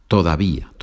Todavía